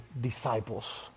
disciples